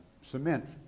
Cement